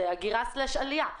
שזו הגירת עלייה.